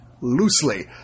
loosely